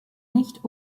nicht